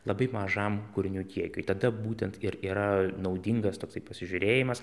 labai mažam kūrinių kiekiui tada būtent ir yra naudingas toksai pasižiūrėjimas